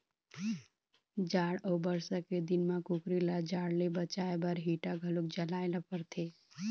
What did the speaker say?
जाड़ अउ बरसा के दिन म कुकरी ल जाड़ ले बचाए बर हीटर घलो जलाए ल परथे